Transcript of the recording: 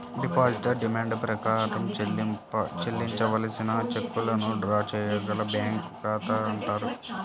depositor demand ప్రకారం చెల్లించవలసిన చెక్కులను డ్రా చేయగల బ్యాంకు ఖాతా అంటారు